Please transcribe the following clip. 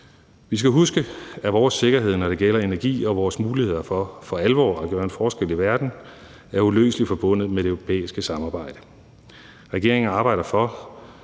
Vi skal huske, at vores sikkerhed, når det gælder energi og vores muligheder for for alvor at gøre en forskel i verden, er uløseligt forbundet med det europæiske samarbejde. Regeringen arbejder for